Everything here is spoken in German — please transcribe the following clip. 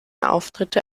auftritte